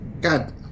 God